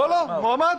הוא מועמד.